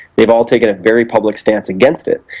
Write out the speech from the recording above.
they've all taken a very public stance against it.